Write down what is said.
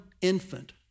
infant